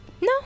No